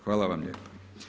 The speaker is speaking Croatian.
Hvala vam lijepa.